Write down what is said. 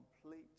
complete